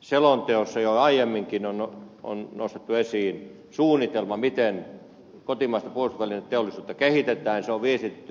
selonteossa jo aiemminkin on nostettu esiin suunnitelma miten kotimaista puolustusvälineteollisuutta kehitetään ja se on viestitetty ministerille